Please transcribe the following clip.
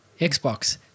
Xbox